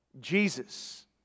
Jesus